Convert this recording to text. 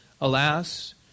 Alas